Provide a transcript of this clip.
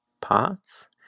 parts